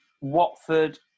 Watford